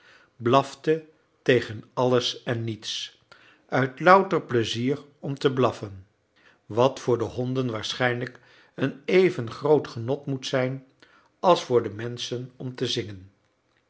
blafte tegen alles en niets uit louter pleizier om te blaffen wat voor de honden waarschijnlijk een even groot genot moet zijn als voor de menschen om te zingen